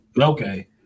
Okay